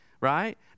right